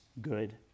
good